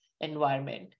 environment